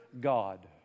God